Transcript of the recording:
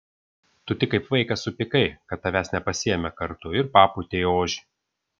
tu tik kaip vaikas supykai kad tavęs nepasiėmė kartu ir papūtei ožį